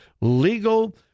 legal